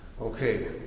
Okay